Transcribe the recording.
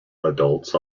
adults